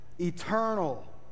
eternal